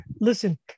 listen